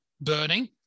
burning